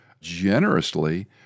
generously